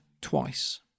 twice